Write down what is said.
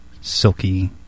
silky